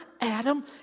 Adam